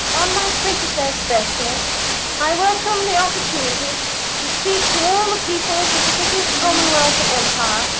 on my twenty-first birthday i welcome the opportunity to speak to all the peoples of the british commonwealth and empire,